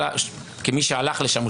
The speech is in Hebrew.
כמי שהלך לשם,